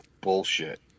bullshit